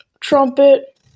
trumpet